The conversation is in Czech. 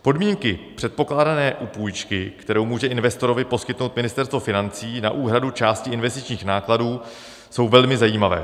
Podmínky předpokládané u půjčky, kterou může investorovi poskytnout Ministerstvo financí na úhradu části investičních nákladů, jsou velmi zajímavé.